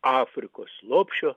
afrikos lopšio